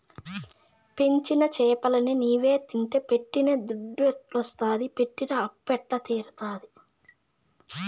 పెంచిన చేపలన్ని నీవే తింటే పెట్టిన దుద్దెట్టొస్తాది పెట్టిన అప్పెట్ట తీరతాది